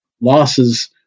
losses